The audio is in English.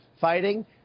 fighting